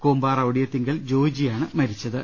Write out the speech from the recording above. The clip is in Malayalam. കൂമ്പാറ ഒടിയത്തി ങ്കൽ ജോജി ആണ് മരിച്ചത്